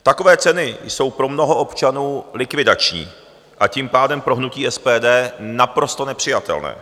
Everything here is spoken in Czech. Takové ceny jsou pro mnoho občanů likvidační, a tím pádem pro hnutí SPD naprosto nepřijatelné.